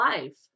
life